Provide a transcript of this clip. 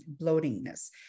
bloatingness